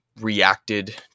reacted